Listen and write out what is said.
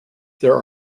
there